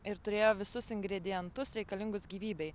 ir turėjo visus ingredientus reikalingus gyvybei